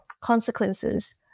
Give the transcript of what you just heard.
consequences